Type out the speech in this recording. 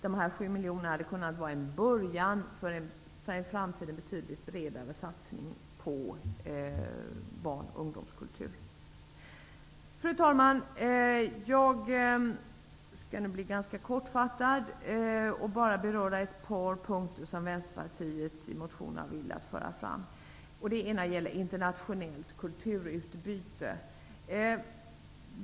Dessa 7 miljoner hade kunna vara en början för en i framtiden betydligt bredare satsning på barn och ungdomskultur. Fru talman! Jag skall nu fatta mig ganska kort. Jag skall beröra ett par frågor som Vänsterpartiet har fört fram i motioner. Den första frågan gäller internationellt kulturutbyte.